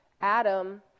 Adam